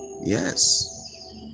Yes